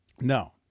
No